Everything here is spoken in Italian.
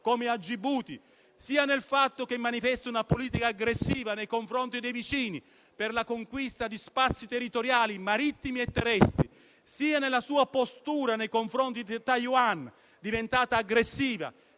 (come a Gibuti), sia nel fatto che essa manifesta una politica aggressiva nei confronti dei vicini per la conquista di spazi territoriali marittimi e terrestri. E si esplica, ancora, nella sua postura nei confronti di Taiwan, diventata aggressiva,